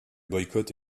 boycott